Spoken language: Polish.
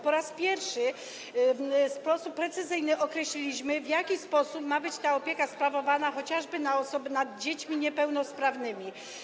Po raz pierwszy w sposób precyzyjny określiliśmy, w jaki sposób ma być ta opieka sprawowana chociażby nad dziećmi niepełnosprawnymi.